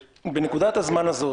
בנקודת הזמן הזאת